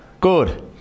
Good